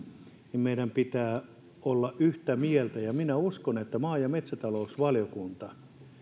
niin meidän pitää olla yhtä mieltä siitä ja minä uskon että maa ja metsätalousvaliokunta